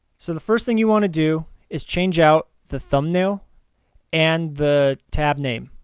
so the first thing you want to do is change out the thumbnail and the tab name.